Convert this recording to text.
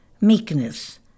meekness